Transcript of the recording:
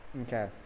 Okay